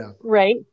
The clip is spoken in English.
Right